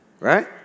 right